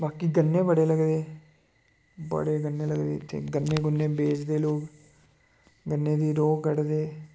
बाकी गन्ने बड़े लगदे बड़े गन्ने लगदे इत्थें गन्ने गुन्ने बेचदे लोक गन्ने दी रौ कड्ढदे